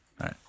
right